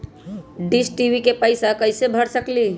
Dish TV के पैईसा कईसे भर सकली?